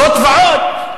זאת ועוד,